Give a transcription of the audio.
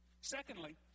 Secondly